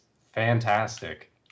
fantastic